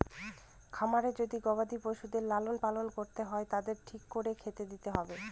খামারে যদি গবাদি পশুদের লালন পালন করতে হয় তাদের ঠিক করে খেতে দিতে হবে